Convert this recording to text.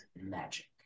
magic